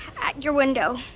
at your window.